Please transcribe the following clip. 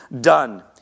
done